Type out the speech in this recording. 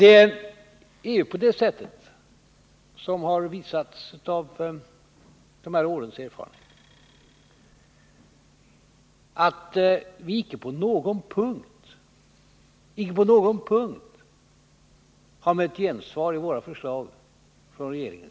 Erfarenheterna från de senaste åren visar att vi icke på någon punkt har mött gensvar från regeringens sida när det gäller våra förslag.